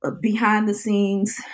behind-the-scenes